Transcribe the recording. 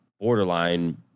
borderline